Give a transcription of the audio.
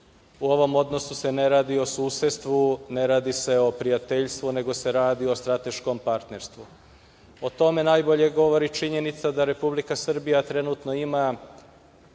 U ovom odnosu se ne radi o susedstvu, ne radi se o prijateljstvu, nego se radi o strateškom partnerstvu.O tome najbolje govori činjenica da Republika Srbija trenutno ima